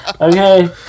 Okay